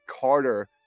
Carter